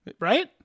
Right